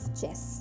chess